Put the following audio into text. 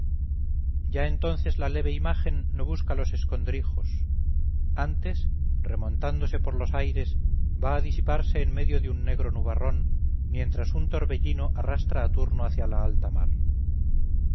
ya entonces la leve imagen no busca los escondrijos antes remontándose por los aires va a disiparse en medio de un negro nubarrón mientras un torbellino arrastra a turno hacia la alta mar